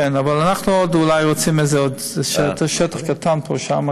אבל אנחנו אולי רוצים עוד שטח קטן שם,